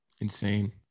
Insane